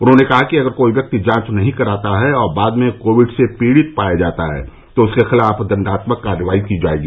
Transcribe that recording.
उन्होंने कहा कि अगर कोई व्यक्ति जांच नहीं कराता और बाद में कोविड से पीड़ित पाया जाता है तो उसके खिलाफ दंडात्मक कार्रवाई की जाएगी